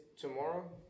tomorrow